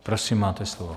Prosím, máte slovo.